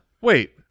Wait